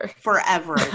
forever